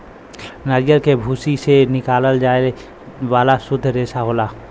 नरियल के भूसी से निकालल जाये वाला सुद्ध रेसा होला